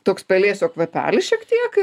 toks pelėsio kvapelis šiek tiek